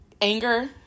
anger